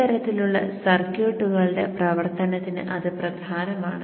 ഇത്തരത്തിലുള്ള സർക്യൂട്ടുകളുടെ പ്രവർത്തനത്തിന് അത് പ്രധാനമാണ്